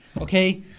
okay